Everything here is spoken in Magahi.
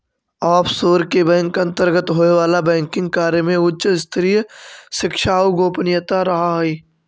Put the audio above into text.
ऑफशोर बैंक के अंतर्गत होवे वाला बैंकिंग कार्य में उच्च स्तरीय सुरक्षा आउ गोपनीयता रहऽ हइ